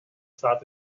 staat